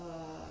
err